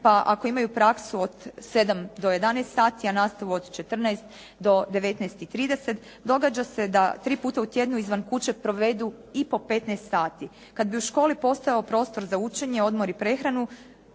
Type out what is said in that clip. pa ako imaju praksu od 7 do 11 sati, a nastavu od 14 do 19,30 događa se da tri puta u tjednu izvan kuće provedu i po 15 sati. Kad bi u školi postojao prostor za učenje, odmor i prehranu